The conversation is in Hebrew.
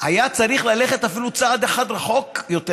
היה צריך ללכת אפילו צעד אחד רחוק יותר